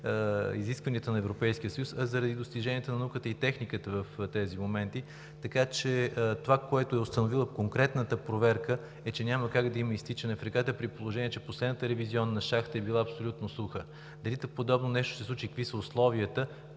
Европейския съюз, а заради достиженията на науката и техниката в тези моменти. Така че това, което е установила конкретната проверка, е, че няма как да има изтичане в реката, при положение че последната ревизионна шахта е била абсолютно суха. Дали ще се случи и какви са условията?